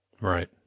Right